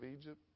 Egypt